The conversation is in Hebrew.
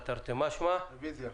רוויזיה.